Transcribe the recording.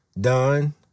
done